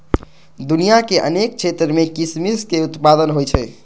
दुनिया के अनेक क्षेत्र मे किशमिश के उत्पादन होइ छै